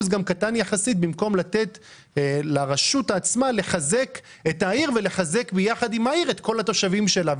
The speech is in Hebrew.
במקום לתת לרשות עצמה לחזק את העיר ולחזק את כל התושבים שלה.